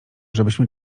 żebyśmy